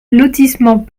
lotissement